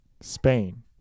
Spain